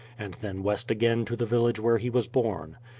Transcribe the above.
and then west again to the village where he was born.